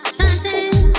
dancing